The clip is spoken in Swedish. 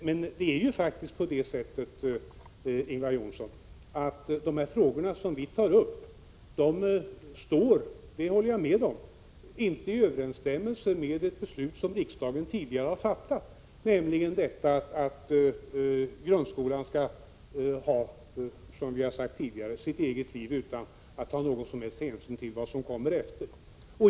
Men de frågor som vi tar upp står faktiskt inte i överensstämmelse med ett beslut som riksdagen tidigare har fattat — det håller jag med om — nämligen att grundskolan skall leva sitt eget liv utan hänsynstagande till vad som kommer efter.